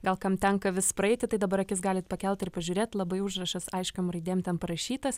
gal kam tenka vis praeiti tai dabar akis galit pakelt ir pažiūrėt labai užrašas aiškiom raidėm ten parašytas